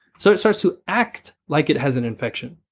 so it starts to act like it has an infection.